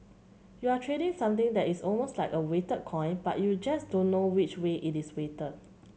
you're trading something that is almost like a weighted coin but you just don't know which way it is weighted